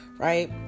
Right